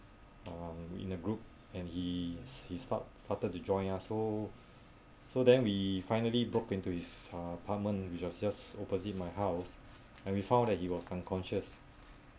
um in a group and he he start started to join ah so so then we finally broke into his uh apartment which was just opposite my house and we found that he was unconscious